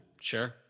Sure